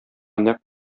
нәкъ